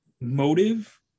motive